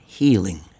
healing